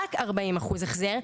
רק 40% החזר.